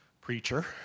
preacher